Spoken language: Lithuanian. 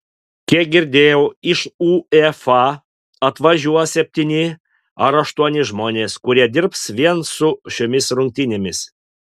kiek girdėjau iš uefa atvažiuos septyni ar aštuoni žmonės kurie dirbs vien su šiomis rungtynėmis